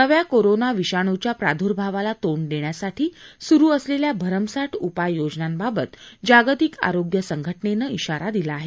नव्या कोरोना विषाणूच्या प्रादुर्भावाला तोंड देण्यासाठी सुरु असलेल्या सरसक उपाययोजनांबाबत जागतिक आरोग्य संघ उनं इशारा दिला आहे